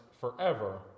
forever